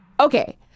Okay